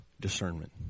discernment